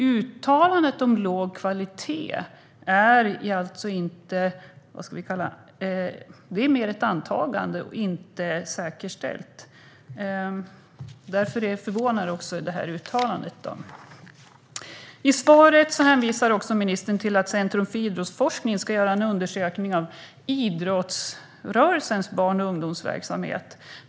Uttalandet om låg kvalitet är alltså mer ett antagande och inte säkerställt, och därför förvånar det. I svaret hänvisar ministern även till att Centrum för idrottsforskning ska göra en undersökning av idrottsrörelsens barn och ungdomsverksamhet.